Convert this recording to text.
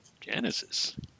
Genesis